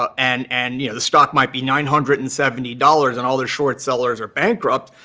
ah and and, you know, the stock might be nine hundred and seventy dollars, and all the short sellers are bankrupt,